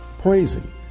praising